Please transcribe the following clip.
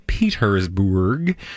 Petersburg